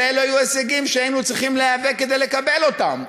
אלא אלה היו הישגים שהיינו צריכים להיאבק כדי לקבל אותם.